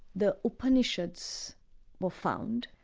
the upanishads were found,